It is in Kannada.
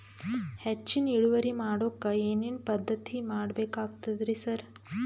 ಹೆಚ್ಚಿನ್ ಇಳುವರಿ ಮಾಡೋಕ್ ಏನ್ ಏನ್ ಪದ್ಧತಿ ಮಾಡಬೇಕಾಗ್ತದ್ರಿ ಸರ್?